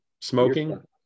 Smoking